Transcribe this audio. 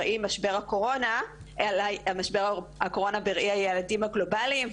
משבר הקורונה בראי היעדים הגלובליים.